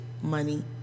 money